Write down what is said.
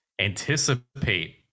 anticipate